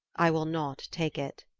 i will not take it.